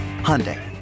Hyundai